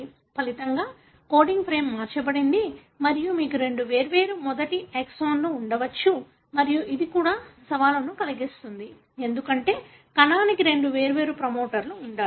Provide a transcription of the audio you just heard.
ఫలితంగా coding frame మార్చబడింది మరియు మీకు రెండు వేర్వేరు మొదటి ఎక్సోన్లు ఉండవచ్చు మరియు ఇది కూడా సవాలును కలిగిస్తుంది ఎందుకంటే కణానికి రెండు వేర్వేరు ప్రమోటర్లు ఉండాలి